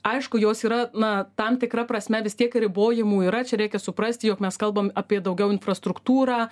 aišku jos yra na tam tikra prasme vis tiek ribojimų yra čia reikia suprasti jog mes kalbam apie daugiau infrastruktūrą